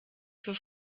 für